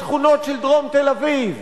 בשכונות של דרום תל-אביב,